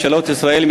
ממשלות ישראל,